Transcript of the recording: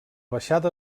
baixada